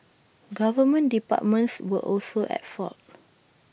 government departments were also at fault